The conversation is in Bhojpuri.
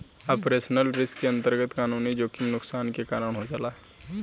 ऑपरेशनल रिस्क के अंतरगत कानूनी जोखिम नुकसान के कारन हो जाला